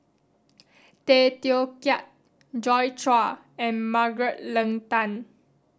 Tay Teow Kiat Joi Chua and Margaret Leng Tan